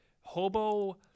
Hobo